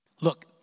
Look